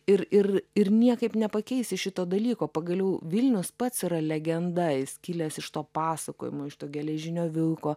ir ir ir niekaip nepakeisi šito dalyko pagaliau vilnius pats yra legenda jis kilęs iš to pasakojimo iš to geležinio vilko